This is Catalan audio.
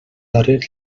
darrer